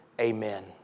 Amen